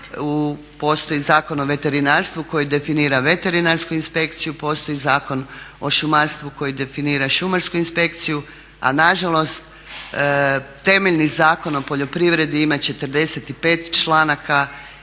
postoji Zakon o veterinarstvu koji definira veterinarsku inspekciju, postoji Zakon o šumarstvu koji definira šumarsku inspekciju. A nažalost temeljni Zakon o poljoprivredi ima 45 članaka i definira